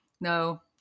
no